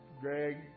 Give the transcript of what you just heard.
Greg